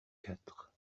quatre